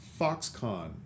Foxconn